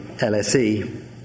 LSE